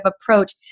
approach